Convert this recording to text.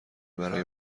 برای